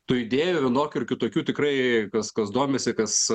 tų idėjų vienokių ar kitokių tikrai kas kas domisi kas